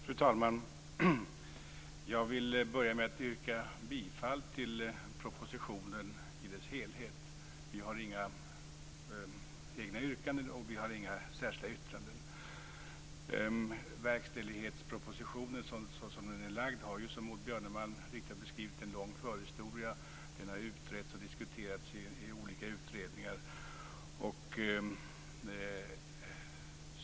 Fru talman! Jag vill börja med att yrka bifall till propositionen i dess helhet. Vi har inga egna yrkanden och vi har inga särskilda yttranden. Verkställighetspropositionen så som den är framlagd har ju, som Maud Björnemalm så riktigt har beskrivit det, en lång förhistoria. Den har utretts och diskuterats i olika utredningar.